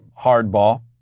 hardball